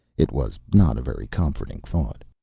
it was not a very comforting thought.